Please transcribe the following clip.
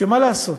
שמה לעשות,